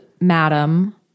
madam